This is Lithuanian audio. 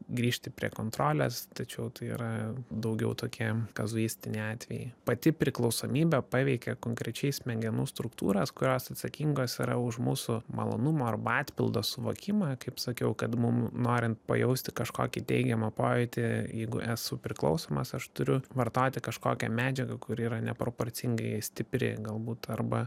grįžti prie kontrolės tačiau tai yra daugiau tokia kazuistiniai atvejai pati priklausomybė paveikia konkrečiai smegenų struktūras kurios atsakingos yra už mūsų malonumą arba atpildo suvokimą kaip sakiau kad mum norint pajausti kažkokį teigiamą pojūtį jeigu esu priklausomas aš turiu vartoti kažkokią medžiagą kuri yra neproporcingai stipri galbūt arba